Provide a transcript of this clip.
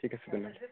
ঠিক আছে তেনে